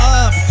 up